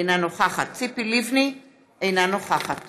אינה נוכחת ציפי לבני, אינה נוכחת